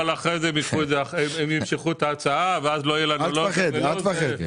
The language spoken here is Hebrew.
אבל אחר כך הם ימשכו את ההצעה ולא יהיה לנו לא את זה ולא את זה.